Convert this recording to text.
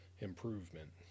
improvement